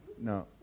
no